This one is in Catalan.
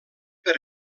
per